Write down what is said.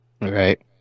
Right